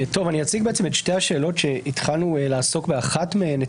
אני אציג את שתי השאלות שאתמול התחלנו לעסוק באחת מהן.